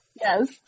Yes